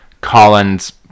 Collins